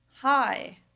hi